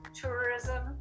tourism